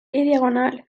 diagonal